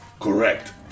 Correct